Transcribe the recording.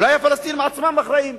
אולי הפלסטינים עצמם אחראים?